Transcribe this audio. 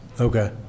Okay